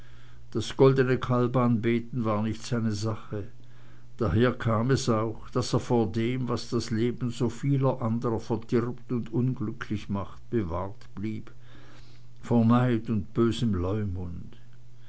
das goldene kalb anbeten war nicht seine sache daher kam es auch daß er vor dem was das leben so vieler andrer verdirbt und unglücklich macht bewahrt blieb vor neid und bösem